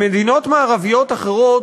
במדינות מערביות אחרות,